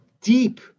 deep